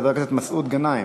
חבר הכנסת מסעוד גנאים,